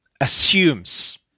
assumes